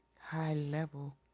high-level